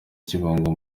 kibungo